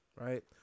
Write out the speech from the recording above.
right